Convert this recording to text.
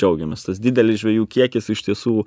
džiaugiamės tas didelis žvejų kiekis iš tiesų